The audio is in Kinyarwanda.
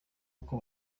uko